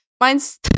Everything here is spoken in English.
mine's